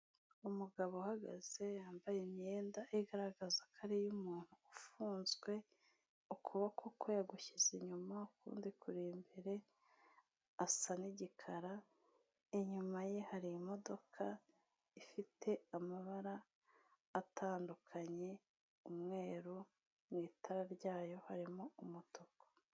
Umugabo uhagaze yambaye imyenda igaragaza ko ari iy'umuntu ufunzwe, ukuboko kwe yagushyize inyuma ukundi kuri, imbere asa n'igikara inyuma ye hari imodoka ifite amabara atandukanye, umweru mu itara ryayo harimo umutuku.